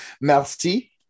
Merci